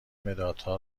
مدادها